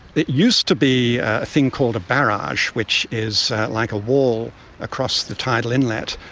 it used to be a thing called a barrage, which is like a wall across the tidal inlet.